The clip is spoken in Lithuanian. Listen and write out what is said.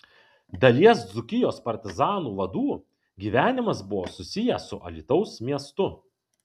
dalies dzūkijos partizanų vadų gyvenimas buvo susijęs su alytaus miestu